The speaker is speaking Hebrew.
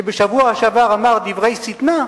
שבשבוע שעבר אמר דברי שטנה,